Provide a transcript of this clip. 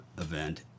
event